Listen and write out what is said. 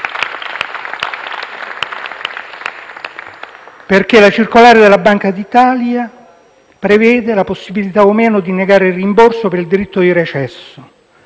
perché la circolare della Banca d'Italia prevede la possibilità di concedere o negare il rimborso per il diritto di recesso.